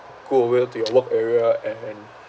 go over to your work area and